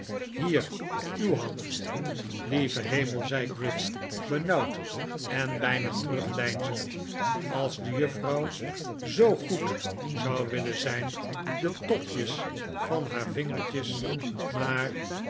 hier uw hand lieve hemel zei gride benauwd en bijna terugdeinzend als de juffrouw zoo goed zou willen zijn de topjes van haar vingertjes maar